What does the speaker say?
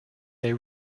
they